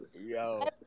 yo